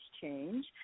change